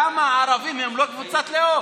למה הערבים הם לא קבוצת לאום?